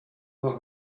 not